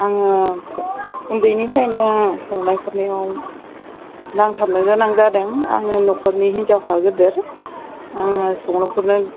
आङो उन्दैनिफ्रायनो संनाय खुरनायाव नांथाबनो गोनां जादों आङो नखरनि हिनजाखा गिदिर आङो संनो खुरनो